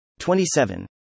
27